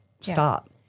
Stop